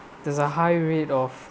there's a high rate of